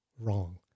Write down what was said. wrong